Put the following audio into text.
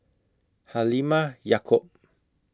Halimah Yacob